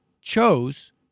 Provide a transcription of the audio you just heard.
chose